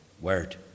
word